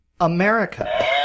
America